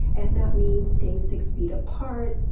and that means staying six feet apart,